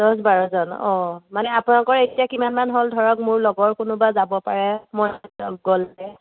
দহ বাৰজন অ' মানে আপোনালোকৰ এতিয়া কিমান মান হ'ল ধৰক মোৰ লগৰ কোনোবা যাব পাৰে মই